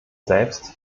selbst